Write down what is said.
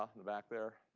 ah in the back there?